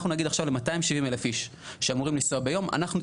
אנחנו נגיד עכשיו ל-270,000 איש שאמורים לנסוע ביום אנחנו,